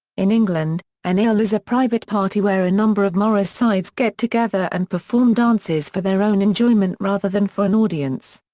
in england, an ale is a private party where a number of morris sides get together and perform dances for their own enjoyment rather than for an audience.